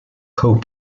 cope